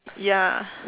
ya